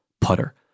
putter